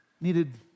needed